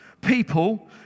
people